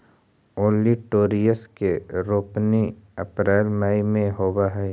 olitorius के रोपनी अप्रेल मई में होवऽ हई